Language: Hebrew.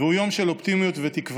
והוא יום של אופטימיות ותקווה,